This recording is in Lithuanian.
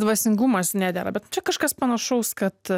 dvasingumas nedera bet čia kažkas panašaus kad